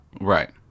Right